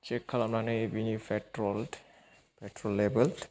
check खालामनानै बिनि petrol petrol लेबेल